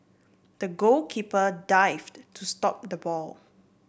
the goalkeeper dived to stop the ball